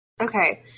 okay